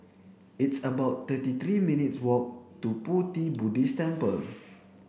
it's about thirty three minutes walk to Pu Ti Buddhist Temple